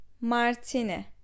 Martine